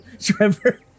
Trevor